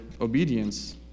obedience